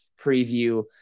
preview